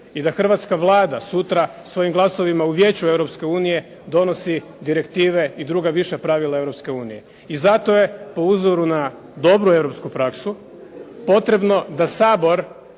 i da hrvatska Vlada sutra s ovim glasovima u Vijeću Europske unije donosi direktive i druga viša pravila Europske unije. I zato je po uzoru na dobru europsku praksu potrebno da Sabor